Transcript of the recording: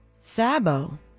Sabo